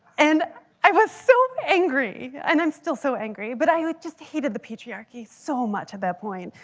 and i was so angry. and i'm still so angry. but i just hated the patriarchy so much at that point.